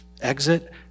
exit